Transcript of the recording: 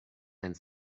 and